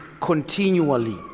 continually